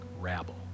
rabble